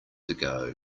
ago